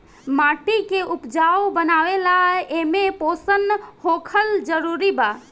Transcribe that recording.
माटी के उपजाऊ बनावे ला एमे पोषण होखल जरूरी बा